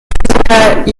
physiker